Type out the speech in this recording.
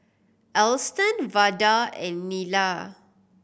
Alston Vada and Nila